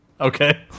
Okay